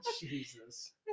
Jesus